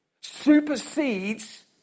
supersedes